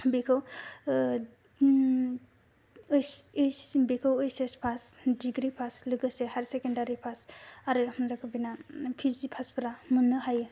बेखौ बेखौ H S pass degree pass लोगोसे हायार सेकेन्दारि पास आरो जायफोरना पि जि पासफोरा मोननो हायो